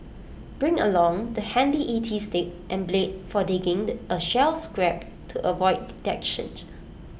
bring along the handy E T stick and blade for digging A shell scrape to avoid detection